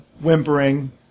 whimpering